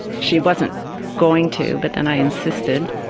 she wasn't going to, but then i insisted.